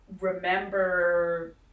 remember